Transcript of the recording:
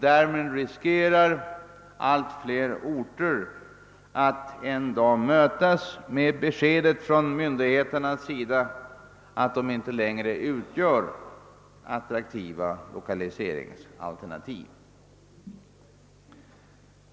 Därmed riskerar allt fler orter att en dag mötas med det beskedet från myndigheterna att de inte längre utgör attraktiva lokalise ringsalternativ.